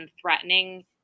threatening